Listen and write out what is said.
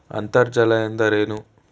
ಅಂತರ್ಜಲ ಎಂದರೇನು?